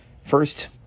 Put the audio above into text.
First